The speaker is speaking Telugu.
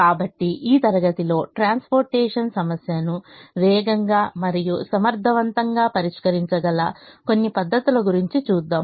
కాబట్టి ఈ తరగతిలో ట్రాన్స్పోర్టేషన్ సమస్యను వేగంగా మరియు సమర్ధవంతంగా పరిష్కరించగల కొన్ని పద్ధతుల గురించి చూద్దాం